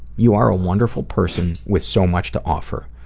you are a wonderful person with so much to offer.